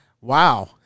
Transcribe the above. Wow